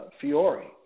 Fiore